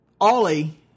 Ollie